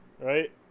right